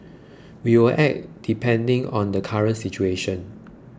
we will act depending on the current situation